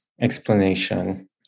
explanation